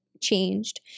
changed